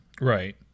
Right